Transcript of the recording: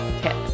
tips